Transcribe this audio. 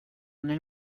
nel